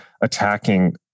attacking